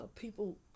people